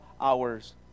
hours